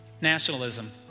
Nationalism